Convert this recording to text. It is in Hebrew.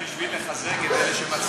חייב לציין את זה בשביל לחזק את אלה שמצליחים.